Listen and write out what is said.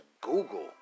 Google